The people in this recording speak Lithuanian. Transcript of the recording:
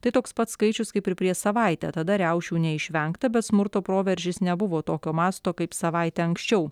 tai toks pat skaičius kaip ir prieš savaitę tada riaušių neišvengta bet smurto proveržis nebuvo tokio masto kaip savaite anksčiau